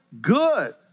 good